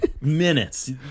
minutes